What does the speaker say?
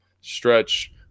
stretch